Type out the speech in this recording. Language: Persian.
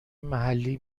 محلی